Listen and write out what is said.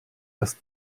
dass